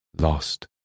Lost